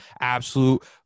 absolute